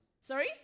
Sorry